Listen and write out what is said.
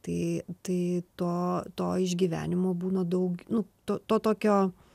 tai tai to to išgyvenimo būna daug nu to to tokio